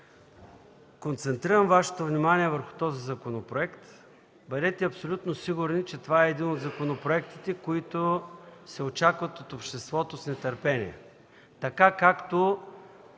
концентрирам Вашето внимание върху този законопроект. Бъдете абсолютно сигурни, че това е един от законопроектите, които се очакват от обществото с нетърпение, така както